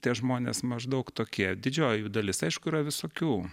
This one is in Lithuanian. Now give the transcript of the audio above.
tie žmonės maždaug tokie didžioji jų dalis aišku yra visokių